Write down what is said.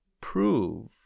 prove